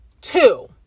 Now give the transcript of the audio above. two